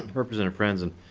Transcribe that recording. representative franson